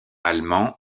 allemands